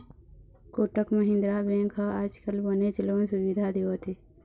Kotak Mahindra bank ह आजकाल बनेच लोन सुबिधा देवत हे